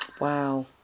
wow